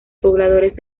pobladores